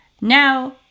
Now